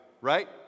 right